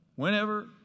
whenever